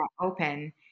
open